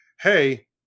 Hey